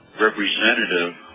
representative